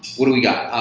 what do we got?